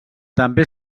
també